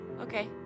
Okay